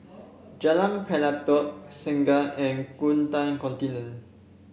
Jalan Pelatok Segar and Gurkha Contingent